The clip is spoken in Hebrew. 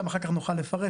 גם אחר כך נוכל לפרט,